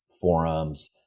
forums